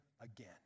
again